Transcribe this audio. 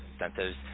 incentives